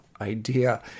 Idea